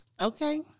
Okay